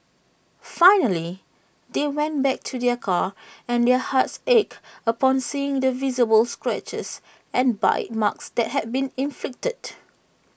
finally they went back to their car and their hearts ached upon seeing the visible scratches and bite marks that had been inflicted